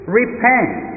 repent